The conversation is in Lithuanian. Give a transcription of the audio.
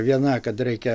viena kad reikia